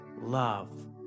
Love